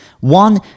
One